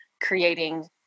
creating